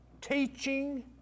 teaching